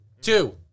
Two